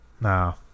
No